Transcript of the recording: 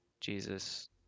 jesus